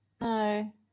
No